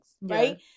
right